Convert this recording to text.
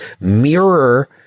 mirror